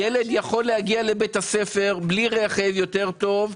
ילד יכול להגיע לבית הספר בלי רכב טוב יותר,